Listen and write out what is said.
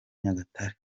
nyagatare